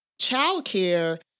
childcare